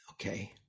Okay